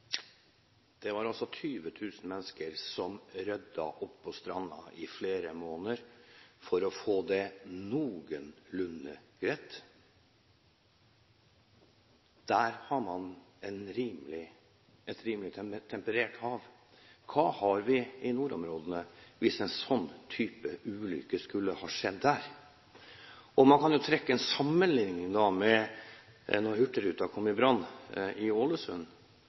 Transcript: Det var 20 000 mennesker som ryddet opp på stranden i flere måneder for å få det noenlunde greit. Der har man et rimelig temperert hav. Hva har vi i nordområdene hvis en sånn type ulykke skulle skjedd der? Man kan trekke en sammenlikning med da hurtigruta kom i brann i Ålesund.